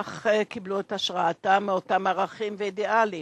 אך הם קיבלו את השראתם מאותם ערכים ואידיאלים.